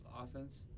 offense